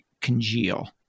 congeal